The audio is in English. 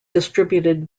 distributed